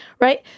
Right